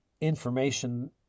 information